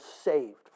saved